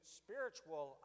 spiritual